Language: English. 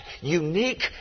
unique